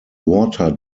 water